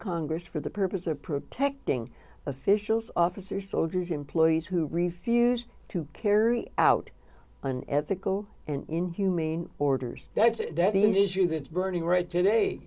congress for the purpose of protecting officials officers soldiers employees who refused to carry out an ethical and inhumane orders that that is you that's burning right today